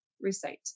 recite